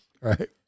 Right